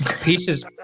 Pieces